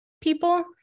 people